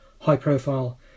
high-profile